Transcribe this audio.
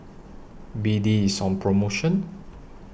B D IS on promotion